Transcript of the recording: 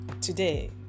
Today